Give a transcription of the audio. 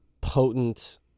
potent